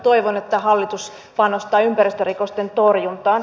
toivon että hallitus panostaa ympäristörikosten torjuntaan